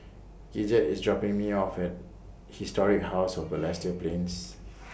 Gidget IS dropping Me off At Historic House of Balestier Plains